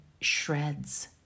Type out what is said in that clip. shreds